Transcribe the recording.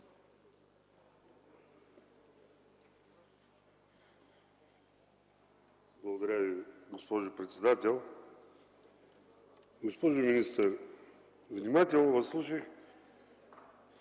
Благодаря Ви, госпожо председател. Госпожо министър, внимателно Ви слушах,